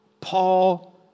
Paul